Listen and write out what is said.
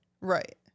Right